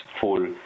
full